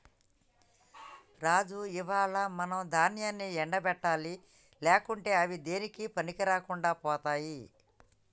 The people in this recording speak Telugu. రాజు ఇయ్యాల మనం దాన్యాన్ని ఎండ పెట్టాలి లేకుంటే అవి దేనికీ పనికిరాకుండా పోతాయి